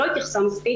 היא לא התייחסה מספיק